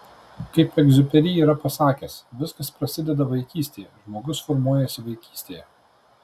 kaip egziuperi yra pasakęs viskas prasideda vaikystėje žmogus formuojasi vaikystėje